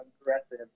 aggressive